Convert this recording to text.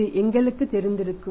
இது எங்களுக்குத் தெரிந்திருக்கும்